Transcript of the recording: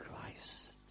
Christ